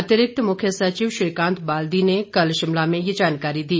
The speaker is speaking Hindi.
अतिरिक्त मुख्य सचिव श्रीकांत बाल्दी ने कल शिमला में ये जानकारी दी